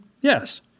yes